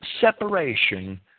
separation